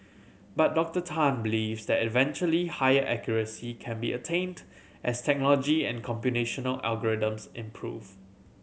but Doctor Tan believes that eventually higher accuracy can be attained as technology and computational algorithms improve